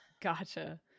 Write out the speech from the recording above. Gotcha